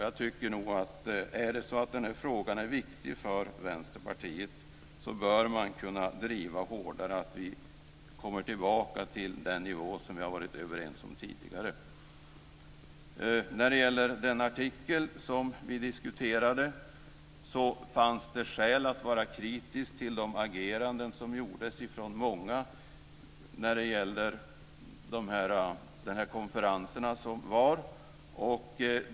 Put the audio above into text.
Jag tycker att är frågan viktig för Vänsterpartiet bör man kunna driva på hårdare så att vi kommer tillbaka till den nivå som vi har varit överens om tidigare. När det gäller den artikel som vi diskuterade fanns det skäl att vara kritisk till de ageranden som gjordes från många inom de konferenser som var.